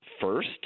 first